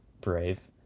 Brave